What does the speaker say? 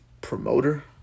Promoter